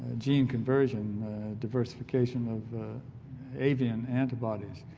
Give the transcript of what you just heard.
gene conversion diversification of avian antibodies.